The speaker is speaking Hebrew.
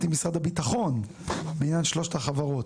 עם משרד הביטחון בעניין שלוש החברות.